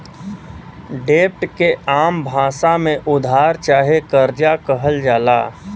डेब्ट के आम भासा मे उधार चाहे कर्जा कहल जाला